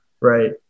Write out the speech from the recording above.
right